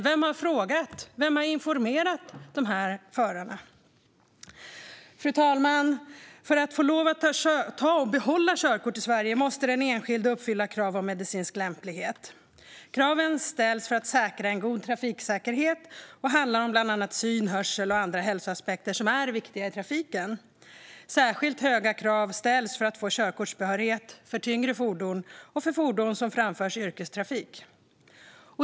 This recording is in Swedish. Vem har informerat dessa förare? Fru talman! För att få lov att ta och behålla körkort i Sverige måste den enskilde uppfylla krav på medicinsk lämplighet. Kraven ställs för att säkra en god trafiksäkerhet och handlar om bland annat syn, hörsel och andra hälsoaspekter som är viktiga i trafiken. Särskilt höga krav ställs för att få körkortsbehörighet för tyngre fordon och för fordon som framförs i yrkestrafik.